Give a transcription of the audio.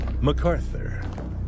MacArthur